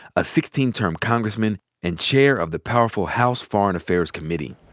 a sixteen term congressman and chair of the powerful house foreign affairs committee.